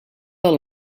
del